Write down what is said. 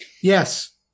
Yes